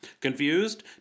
Confused